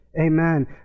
Amen